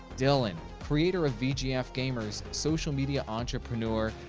dillon, creator of vgf gamers, social media entrepreneur,